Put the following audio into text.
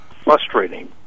frustrating